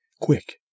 quick